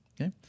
Okay